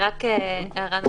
הערה נוספת